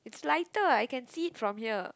is lighter I can see it from here